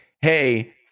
hey